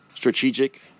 strategic